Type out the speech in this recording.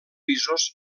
pisos